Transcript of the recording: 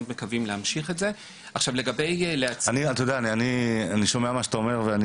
מקווים להמשיך עם זה --- אני שומע את מה שאתה אומר,